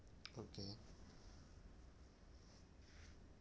okay